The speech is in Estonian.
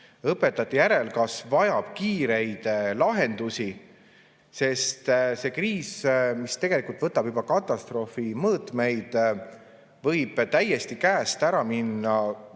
[kasin] järelkasv vajab kiireid lahendusi. See kriis, mis tegelikult võtab juba katastroofi mõõtmeid, võib täiesti käest ära minna,